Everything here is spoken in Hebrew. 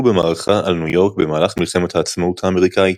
במערכה על ניו יורק במהלך מלחמת העצמאות האמריקאית.